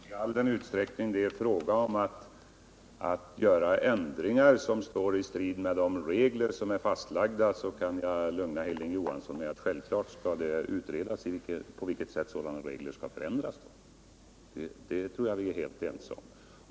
Herr talman! I all den utsträckning det är fråga om att göra ändringar som står i strid med de regler som är fastlagda så kan jag lugna Hilding Johansson med att säga att självklart skall det utredas på vilket sätt sådana regler skall förändras. Det tror jag vi är helt ense om.